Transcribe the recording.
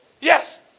Yes